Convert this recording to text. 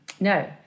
No